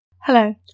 Hello